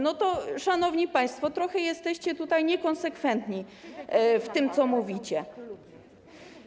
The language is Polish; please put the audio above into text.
No to, szanowni państwo, trochę jesteście tutaj niekonsekwentni w tym, co mówicie.